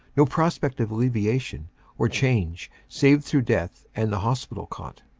no prospect of alleviation or change save through death and the hospital cot.